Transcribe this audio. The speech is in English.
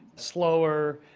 slower,